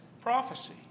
prophecy